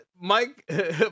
Mike